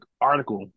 article